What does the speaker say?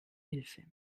hilfe